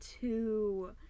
two